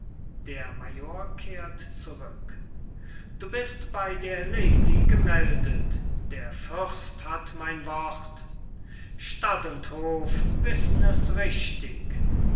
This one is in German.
du bist bei der lady gemeldet der fürst hat mein wort stadt und hof wissen es richtig